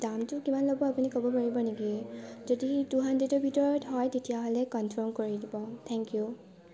দামটো কিমান ল'ব আপুনি ক'ব পাৰিব নেকি যদি টু হাণ্ড্ৰেডৰ ভিতৰত হয় তেতিয়াহ'লে কনফাৰ্ম কৰি দিব থ্যেংক ইউ